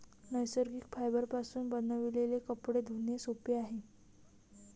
नैसर्गिक फायबरपासून बनविलेले कपडे धुणे सोपे आहे